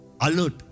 Alert